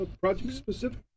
project-specific